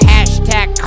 Hashtag